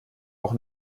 auch